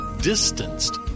distanced